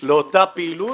בבקשה, מי מסביר?